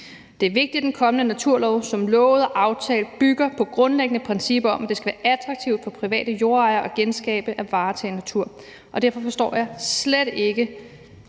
Det er vigtigt, at den kommende naturlov som lovet og aftalt bygger på grundlæggende principper om, at det skal være attraktivt for private jordejere at genskabe og varetage natur. Derfor forstår jeg slet ikke,